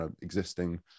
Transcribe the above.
existing